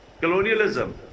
colonialism